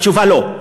התשובה: לא.